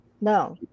No